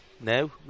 now